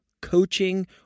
coaching